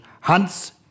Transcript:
Hans